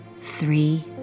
three